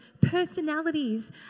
personalities